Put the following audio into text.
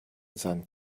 sand